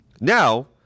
Now